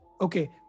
Okay